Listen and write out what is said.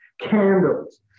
candles